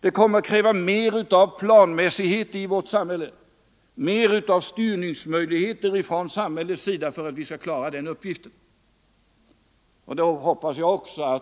Det kommer att krävas mer av planmässighet, mer av styrningsmöjligheter för samhället för att vi skall klara den uppgiften. Jag hoppas att också